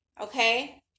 okay